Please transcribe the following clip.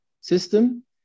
system